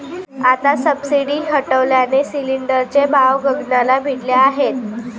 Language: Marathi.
आता सबसिडी हटवल्याने सिलिंडरचे भाव गगनाला भिडले आहेत